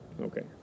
Okay